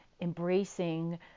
embracing